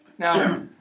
Now